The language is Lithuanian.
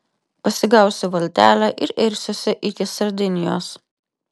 pasigausiu valtelę ir irsiuosi iki sardinijos